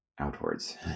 outwards